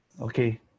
Okay